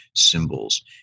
symbols